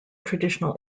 traditional